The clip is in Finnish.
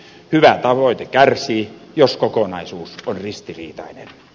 hyvä tavoite kärsii jos kokonaisuus on ristiriitainen